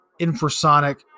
infrasonic